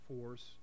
force